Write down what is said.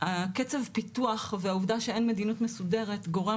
קצב הפתיחות והעובדה שאין מדיניות מסודרת גורם